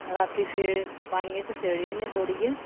राती एह् पनियै च सेड़ी ओड़ने तोड़ियै